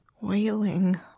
wailing